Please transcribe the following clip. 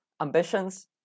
ambitions